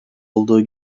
olduğu